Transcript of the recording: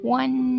one